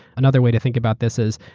another way to think about this is,